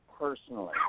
personally